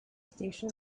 station